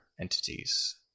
entities